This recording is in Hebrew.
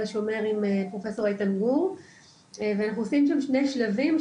השומר עם פרופסור איתן גור ואנחנו עושים שם שני שלבים.